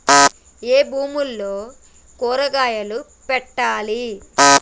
ఏ భూమిలో కూరగాయలు పెట్టాలి?